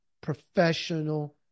professional